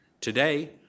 Today